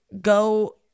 go